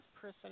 person